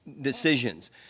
decisions